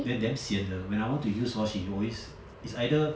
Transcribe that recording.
then damn sian 的 when I want to use hor she always is either